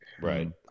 Right